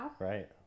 Right